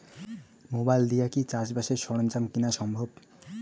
Mobile দিয়া কি চাষবাসের সরঞ্জাম কিনা সম্ভব?